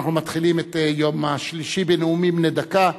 אנחנו מתחילים את יום השלישי בנאומים בני דקה.